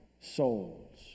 souls